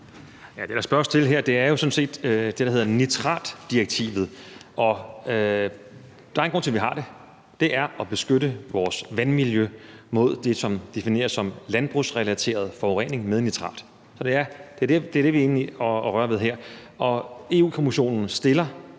Det, der spørges til her, er jo sådan set det, der hedder nitratdirektivet. Og der er en grund til, at vi har det: Det er at beskytte vores vandmiljø mod det, som defineres som landbrugsrelateret forurening med nitrat. Så det er det, vi er inde i at røre ved her. Europa-Kommissionen stiller